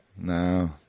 no